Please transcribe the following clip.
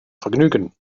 vergnügen